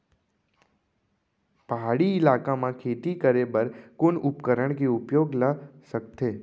पहाड़ी इलाका म खेती करें बर कोन उपकरण के उपयोग ल सकथे?